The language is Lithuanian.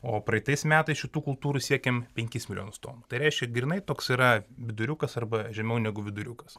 o praeitais metais šitų kultūrų siekėm penkis milijonus tonų tai reiškia grynai toks yra viduriukas arba žemiau negu viduriukas